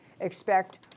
Expect